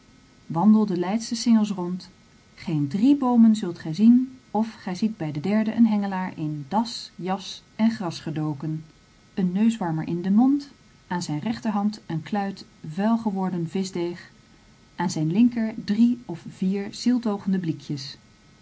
de leidsche singels rond geen drie boomen zult gij zien of gij ziet bij den derden een hengelaar in das jas en gras gedoken een neuswarmer in den mond aan zijn rechterhand een kluit vuil geworden vischdeeg aan zijn linker drie of vier zieltogende